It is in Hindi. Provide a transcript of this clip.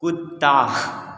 कुत्ता